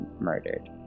murdered